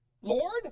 Lord